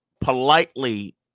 politely